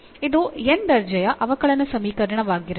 ಇದು n ನೇ ದರ್ಜೆಯ ಅವಕಲನ ಸಮೀಕರಣವಾಗಿರಲಿ